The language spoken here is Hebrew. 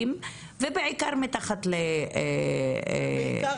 אז אני מעדיף